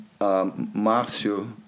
Marcio